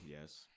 Yes